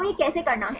तो यह कैसे करना है